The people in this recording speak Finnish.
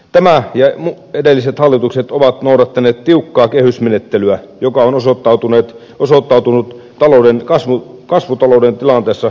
tämä ja edelliset hallitukset ovat noudattaneet tiukkaa kehysmenettelyä joka on osoittautunut kasvutalouden tilanteessa erittäin hyväksi